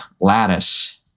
lattice